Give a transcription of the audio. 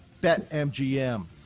betmgm